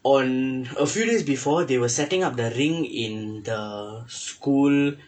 on a few days before they were setting up the ring in the school